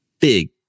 big